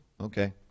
okay